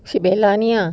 si bella ni ah